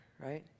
Right